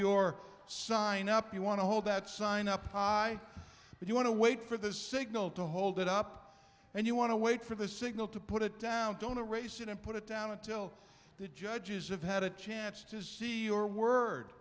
your sign up you want to hold that sign up high but you want to wait for the signal to hold it up and you want to wait for the signal to put it down don't aeration and put it down until the judges have had a chance to see your word